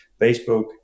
Facebook